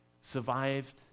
survived